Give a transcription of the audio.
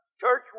Church